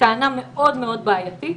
זו טענה מאוד בעייתית.